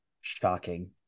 shocking